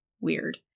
weird